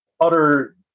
utter